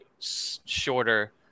shorter